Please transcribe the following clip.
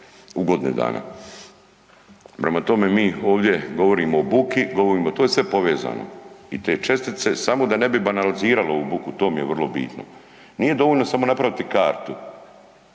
Ugodne dane. Prema tome, mi ovdje govorimo o buki, govorimo, to je sve povezano i te čestice, samo da ne bi banaliziralo ovu buku, u tom je vrlo bitno. Nije dovoljno samo napraviti kartu